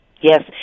Yes